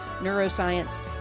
neuroscience